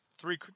Three